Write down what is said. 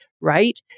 right